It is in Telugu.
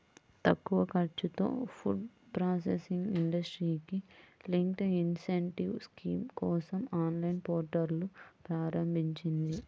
తక్కువ ఖర్చుతో ఫుడ్ ప్రాసెసింగ్ ఇండస్ట్రీకి లింక్డ్ ఇన్సెంటివ్ స్కీమ్ కోసం ఆన్లైన్ పోర్టల్ను ప్రారంభించింది